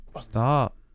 Stop